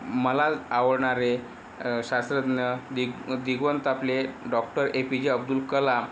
मला आवडणारे शास्त्रज्ञ दिग दिवंगत आपले doctor A P J Abdul Kalam